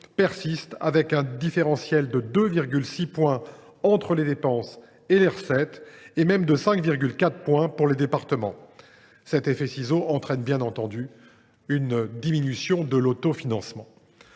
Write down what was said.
persiste, avec un différentiel de 2,6 points entre les dépenses et les recettes, et même de 5,4 points pour les départements. Cet effet entraîne, bien entendu, une diminution de l’autofinancement.